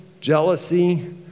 jealousy